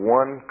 one